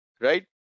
right